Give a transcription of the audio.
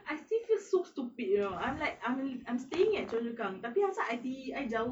I still feel so stupid you know I'm like I'm rea~ I'm staying at choa chu kang tapi asal I_T_E I jauh